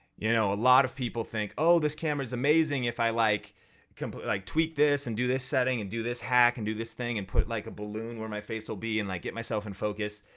you know a lot of people think, oh this camera is amazing, if i like complete like tweak this and do this setting and do this hack and do this thing and put like a balloon where my face will be and like get myself in focus,